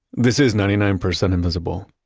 this is ninety nine percent invisible.